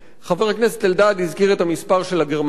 חבר הכנסת אלדד הזכיר את המספר של הגרמנים,